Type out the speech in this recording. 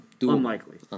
Unlikely